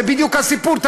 זה בדיוק הסיפור,